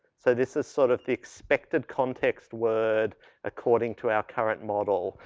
so, this is sort of the expected context word according to our current model,